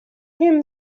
him